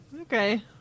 Okay